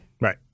Right